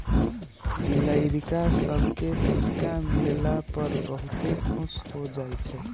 लइरका सभके सिक्का मिलला पर बहुते खुश हो जाइ छइ